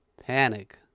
Panic